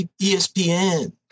ESPN